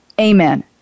Amen